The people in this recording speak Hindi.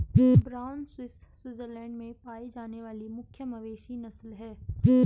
ब्राउन स्विस स्विट्जरलैंड में पाई जाने वाली मुख्य मवेशी नस्ल है